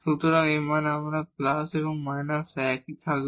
সুতরাং এই মান আমরা প্লাস এবং মাইনাস একই থাকবে